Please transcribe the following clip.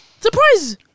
Surprise